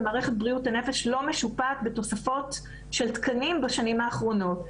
מערכת בריאות הנפש לא משופעת בתוספות של תקנים בשנים האחרונות.